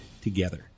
together